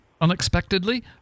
unexpectedly